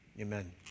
amen